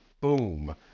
boom